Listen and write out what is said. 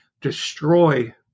destroy